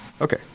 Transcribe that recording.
okay